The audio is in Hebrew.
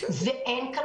פגשתי אתמול